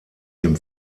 dem